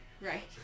Right